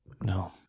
no